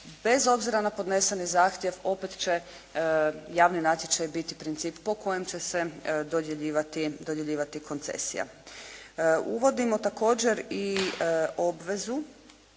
bez obzira na podneseni zahtjev opet će javni natječaj biti princip po kojem će se dodjeljivati koncesija. Uvodimo također i obvezu